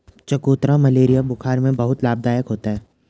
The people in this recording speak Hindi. चकोतरा मलेरिया बुखार में बहुत लाभदायक होता है